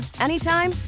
anytime